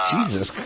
Jesus